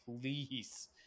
Please